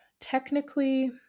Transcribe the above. technically